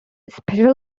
special